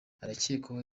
arakekwaho